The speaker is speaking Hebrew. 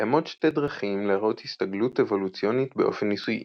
קיימות שתי דרכים להראות הסתגלות אבולוציונית באופן ניסויי